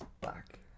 back